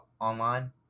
online